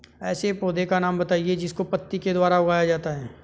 ऐसे पौधे का नाम बताइए जिसको पत्ती के द्वारा उगाया जाता है